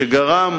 שגרם